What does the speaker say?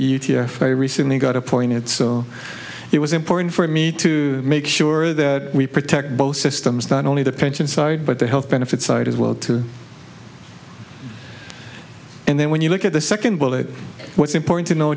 f i recently got appointed so it was important for me to make sure that we protect both systems not only the pension side but the health benefits side as well and then when you look at the second bullet what's important to no